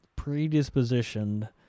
predispositioned